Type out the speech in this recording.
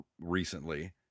recently